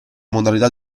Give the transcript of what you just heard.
modalità